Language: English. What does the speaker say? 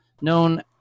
known